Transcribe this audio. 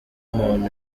umuntu